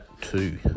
two